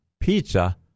pizza